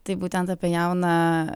tai būtent apie jauną